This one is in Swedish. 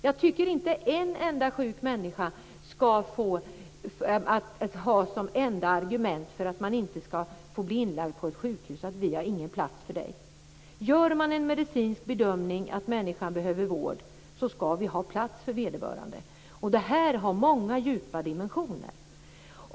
Jag tycker inte att en enda sjuk människa skall mötas av argumentet för att inte bli inlagd på sjukhus: Vi har ingen plats för dig. Gör man den medicinska bedömningen att en människa behöver vård, skall det finnas plats för vederbörande. Detta har många djupa dimensioner.